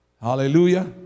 Hallelujah